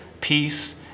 peace